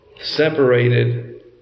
separated